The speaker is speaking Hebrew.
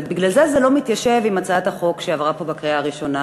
שלא מתיישב עם הצעת החוק שעברה פה בקריאה הראשונה,